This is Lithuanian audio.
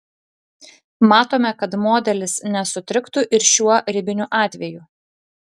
matome kad modelis nesutriktų ir šiuo ribiniu atveju